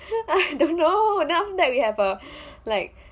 I don't know then after that we have a like